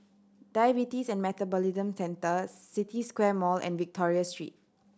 Diabetes and Metabolism Centre City Square Mall and Victoria Street